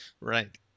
right